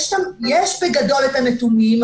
יש בגדול את הנתונים,